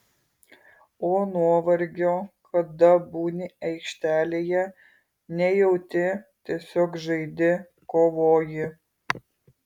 o nuovargio kada būni aikštelėje nejauti tiesiog žaidi kovoji